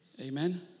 Amen